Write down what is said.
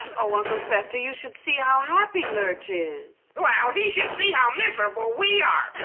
oh, uncle fester, you should see how happy lurch is. well, he should see how miserable we are.